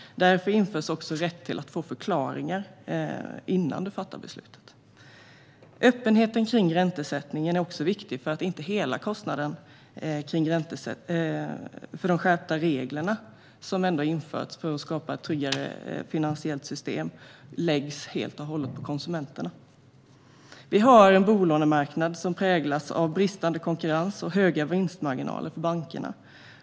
Därför införs också en rätt till att få förklaringar innan man fattar ett beslut. Öppenheten kring räntesättningen är också viktig för att inte kostnaden för de skärpta regler som införts för att skapa ett tryggare finansiellt system läggs helt och hållet på konsumenterna. Vi har en bolånemarknad som präglas av bristande konkurrens och höga vinstmarginaler för bankerna.